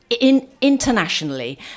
internationally